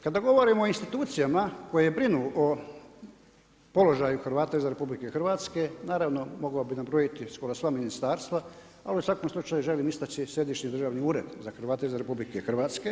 Kada govorimo o institucijama koje brinu o položaju Hrvata izvan RH, naravno mogao bih nabrojiti skoro sva ministarstva ali u svakom slučaju želim istači Središnji državni ured za Hrvate izvan RH.